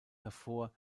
hervor